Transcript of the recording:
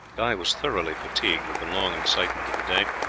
guy was thoroughly fatigued with the long excitement of the day.